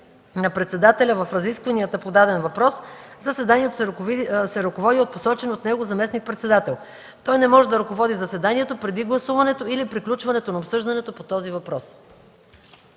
на председателя в разискванията по даден въпрос заседанието се ръководи от посочен от него заместник-председател. Той не може да ръководи заседанието преди гласуването или приключването на обсъждането по този въпрос.”